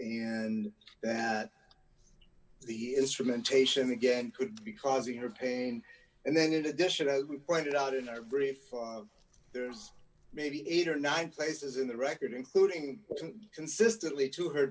and that the instrumentation again could be causing her pain and then addition as we've pointed out in our brief there's maybe eight or nine places in the record including consistently to her